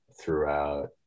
throughout